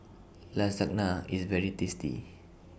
Lasagna IS very tasty